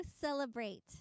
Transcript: celebrate